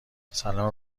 سلام